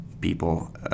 people